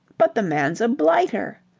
but the man's a blighter!